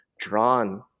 drawn